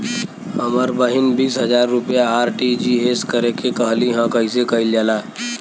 हमर बहिन बीस हजार रुपया आर.टी.जी.एस करे के कहली ह कईसे कईल जाला?